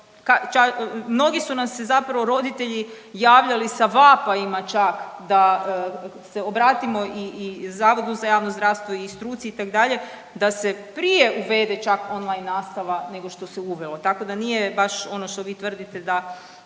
mnogi su nam se zapravo roditelji javljali sa vapajima čak da se obratimo i zavodu za javno zdravstvo i struci itd. da se prije uvede čak online nastava nego što se uvelo, tako da nije baš ono što vi tvrdite da